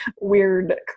weird